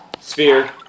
Sphere